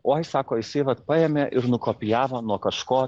oi sako jisai vat paėmė ir nukopijavo nuo kažko